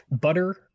Butter